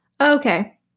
Okay